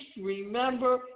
remember